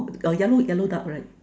oh err yellow yellow duck right